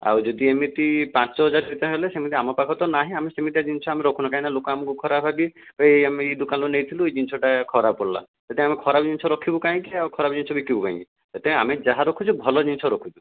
ଆଉ ଯଦି ଏମିତି ପାଞ୍ଚ ହଜାର ଭିତରେ ହେଲେ ସେମିତି ଆମ ପାଖରେ ତ ନାହିଁ ଆମେ ବି ସେମିତିଆ ଜିନିଷ ରଖୁନାହୁଁ କାଇଁକି ନା ଲୋକ ଆମକୁ ଖରାପ ଭାବିବେ କହିବେ ଏଇ ଆମେ ଏଇ ଦୋକାନରୁ ନେଇଥିଲୁ ଏଇ ଜିନିଷଟା ଖରାପ ପଡ଼ିଲା ସେଥିପାଇଁ ଆମେ ଖରାପ ଜିନିଷ ରଖିବୁ କାହିଁକି ଆଉ ଖରାପ ଜିନିଷ ବିକିବୁ କାହିଁକି ସେଥିପାଇଁ ଆମେ ଯାହା ରଖୁଛୁ ଭଲ ଜିନିଷ ରଖୁଛୁ